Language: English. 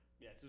Yes